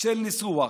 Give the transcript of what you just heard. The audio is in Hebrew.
של ניסוח,